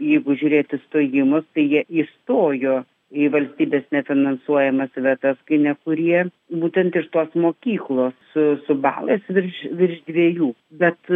jeigu žiūrėti stojimus tai jie įstojo į valstybės nefinansuojamas vietas kai nekurie būtent iš tos mokyklos su su balais virš virš dviejų bet